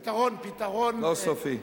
פתרון, פתרון לא סופי.